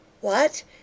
What